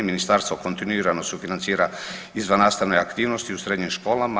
Ministarstvo kontinuirano sufinancira izvan nastavne aktivnosti u srednjim školama.